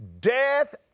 Death